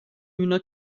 üna